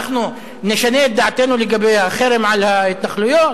אנחנו נשנה את דעתנו לגבי החרם על ההתנחלויות?